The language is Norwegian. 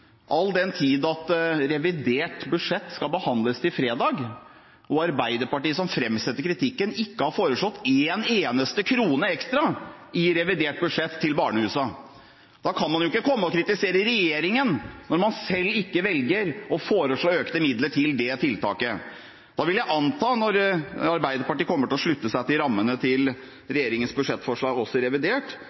all den tid revidert budsjett skal behandles førstkommende fredag og Arbeiderpartiet, som framsetter kritikken, ikke har foreslått én eneste krone ekstra til barnehusene i revidert budsjett. Man kan ikke komme og kritisere regjeringen når man selv ikke velger å foreslå økte midler til dette tiltaket. Jeg antar – når Arbeiderpartiet kommer til å slutte seg til rammene til regjeringens budsjettforslag, også i revidert